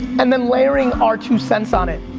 and then layering our two cents on it,